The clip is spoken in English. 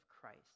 Christ